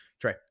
Trey